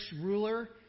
ruler